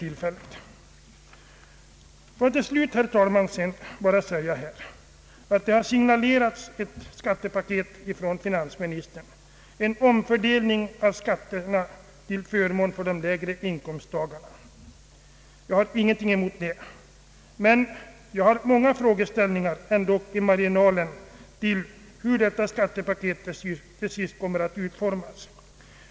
Till slut vill jag, herr talman, endast nämna att det från finansministern har signalerats ett skattepaket som innebär en omfördelning av skatterna till förmån för de lägre inkomsttagarna. Jag har ingenting emot detta men jag har många frågor att ställa om hur detta skattepaket till sist kommer att utformas.